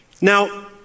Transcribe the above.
Now